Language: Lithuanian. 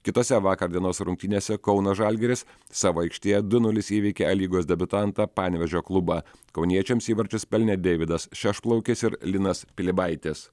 kitose vakar dienos rungtynėse kauno žalgiris savo aikštėje du nulis įveikė lygos debiutantą panevėžio klubą kauniečiams įvarčius pelnė deividas šešplaukis ir linas pilibaitis